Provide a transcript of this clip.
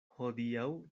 hodiaŭ